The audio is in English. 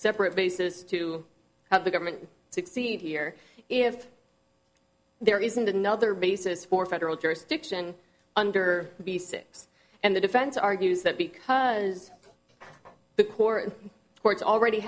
separate basis to have the government succeed here if there isn't another basis for federal jurisdiction under the six and the defense argues that because the core courts already